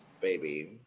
Baby